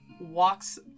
walks